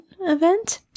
event